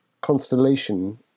constellation